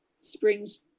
springs